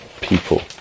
people